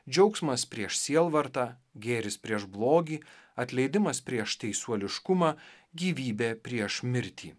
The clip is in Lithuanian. džiaugsmas prieš sielvartą gėris prieš blogį atleidimas prieš teisuoliškumą gyvybė prieš mirtį